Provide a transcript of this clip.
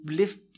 lift